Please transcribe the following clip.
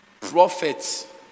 prophets